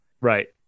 Right